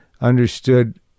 understood